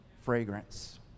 fragrance